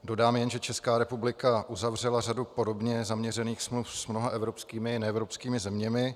Dodám jen, že Česká republika uzavřela řadu podobně zaměřených smluv s mnoha evropskými i neevropskými zeměmi.